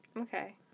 okay